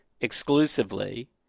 exclusively